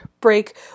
break